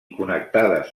connectades